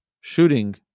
shooting